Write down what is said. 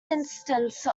instance